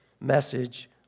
message